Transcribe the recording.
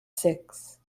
six